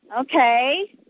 Okay